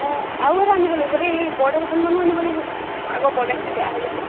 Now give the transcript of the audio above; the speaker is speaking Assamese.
অঁ আৰু এটা আনিব লাগিব দেই এই পৰ্দা দুখন মানো আনিব লাগিব আগৰ পৰ্দাখিনি বেয়া হৈ গৈছে